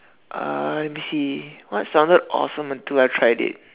uh let me see what sounded awesome until I tried it